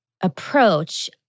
approach